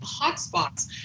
hotspots